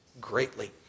greatly